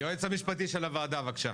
היועץ המשפטי של ועדת הכלכלה, בבקשה.